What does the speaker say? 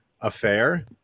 affair